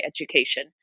education